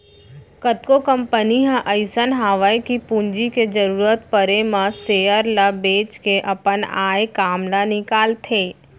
कतको कंपनी ह अइसन हवय कि पूंजी के जरूरत परे म सेयर ल बेंच के अपन आय काम ल निकालथे